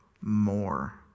more